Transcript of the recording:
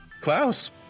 Klaus